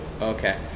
Okay